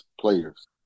players